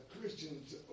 Christians